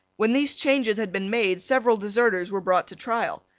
when these changes had been made, several deserters were brought to trial.